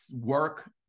work